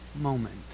moment